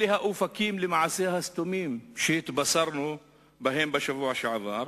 אלה האופקים הסתומים שהתבשרנו בהם בשבוע שעבר,